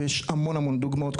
ויש המון המון דוגמאות,